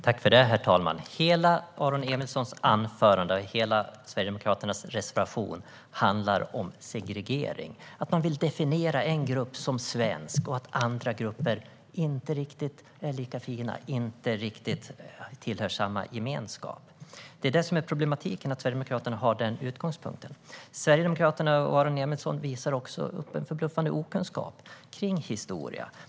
Herr talman! Hela Aron Emilssons anförande, och hela Sverigedemokraternas reservation, handlar om segregering. Man vill definiera en grupp som svensk, medan andra grupper inte riktigt är lika fina och inte riktigt tillhör samma gemenskap. Problematiken är att Sverigedemokraterna har den utgångspunkten. Sverigedemokraterna och Aron Emilsson visar också upp en förbluffande okunskap om historia.